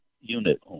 unit